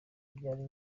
byari